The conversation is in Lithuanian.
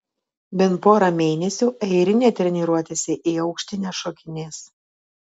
bent pora mėnesių airinė treniruotėse į aukštį nešokinės